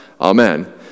Amen